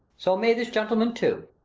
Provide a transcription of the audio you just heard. so may this gentleman too.